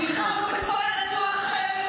נלחמנו בצפון הרצועה.